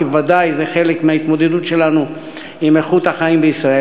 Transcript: כי ודאי זה חלק מהתמודדות שלנו עם איכות החיים בישראל,